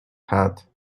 hat